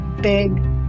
big